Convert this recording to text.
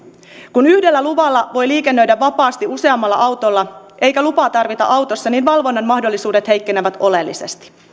kun yhdellä luvalla voi liikennöidä vapaasti useammalla autolla eikä lupaa tarvita autossa valvonnan mahdollisuudet heikkenevät oleellisesti